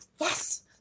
Yes